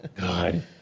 God